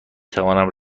توانم